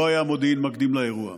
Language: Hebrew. לא היה מודיעין מקדים לאירוע.